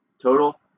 total